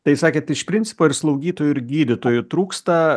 tai sakėt iš principo ir slaugytojų ir gydytojų trūksta